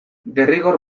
derrigor